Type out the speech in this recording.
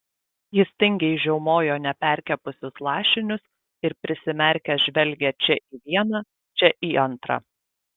jis tingiai žiaumojo neperkepusius lašinius ir prisimerkęs žvelgė čia į vieną čia į antrą